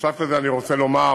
אני רוצה לומר,